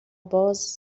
باز